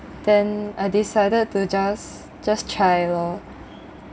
then I decided to just just try lor